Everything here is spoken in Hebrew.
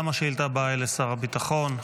גם השאילתה הבאה היא לשר הביטחון.